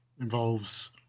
involves